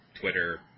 Twitter